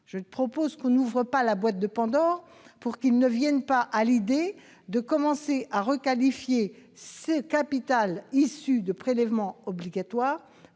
Je propose que nous n'ouvrions pas la boîte de Pandore, pour qu'il ne vienne à l'idée de personne de requalifier le capital issu de prélèvements obligatoires